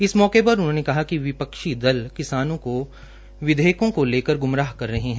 इस मौके पर उन्होंने कहा कि विपक्षी दल किसानों को विधेयकों को लेकर ग्मराह कर रहे है